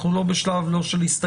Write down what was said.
אנחנו עוד לא בשלב אפילו של הסתייגויות,